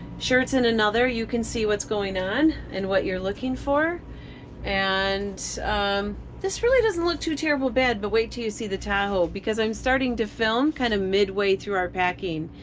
shirts in another. you can see what's going on, and what you're looking for and this really doesn't look too terribly bad but wait till you see the tahoe, because i'm starting to film kind of midway through our packing,